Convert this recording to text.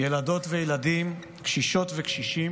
ילדות וילדים, קשישות וקשישים,